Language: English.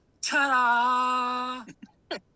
Ta-da